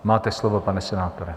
Máte slovo, pane senátore.